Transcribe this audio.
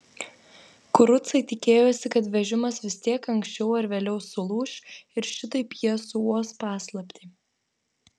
kurucai tikėjosi kad vežimas vis tiek anksčiau ar vėliau sulūš ir šitaip jie suuos paslaptį